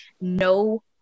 No